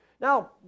Now